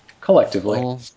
Collectively